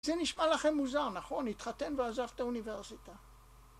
זה נשמע לכם מוזר, נכון? התחתן ועזב את האוניברסיטה.